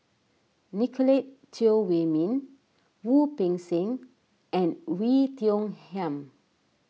Nicolette Teo Wei Min Wu Peng Seng and Oei Tiong Ham